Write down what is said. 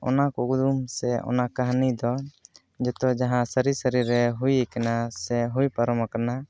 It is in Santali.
ᱚᱱᱟ ᱠᱩᱫᱩᱢ ᱥᱮ ᱚᱱᱟ ᱠᱟᱹᱱᱦᱤ ᱫᱚ ᱡᱚᱛᱚ ᱡᱟᱦᱟᱸ ᱥᱟᱹᱨᱤ ᱥᱟᱹᱨᱤ ᱨᱮ ᱦᱩᱭᱟᱠᱟᱱᱟ ᱥᱮ ᱦᱩᱭ ᱯᱟᱨᱚᱢ ᱟᱠᱟᱱᱟ